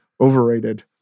overrated